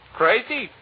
crazy